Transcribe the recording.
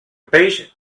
peix